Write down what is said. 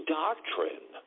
doctrine